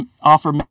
offer